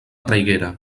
traiguera